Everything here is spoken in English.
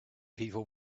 people